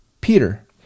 Peter